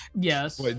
Yes